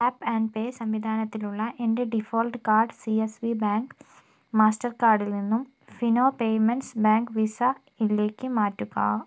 tap and pay സംവിധാനത്തിലുള്ള എൻ്റെ default card C S B bank മാസ്റ്റർ കാർഡിൽ നിന്നും ഫിനോ പേയ്മെൻറ്റ്സ് ബാങ്ക് വിസ യിലേക്ക് മാറ്റുക